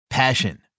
Passion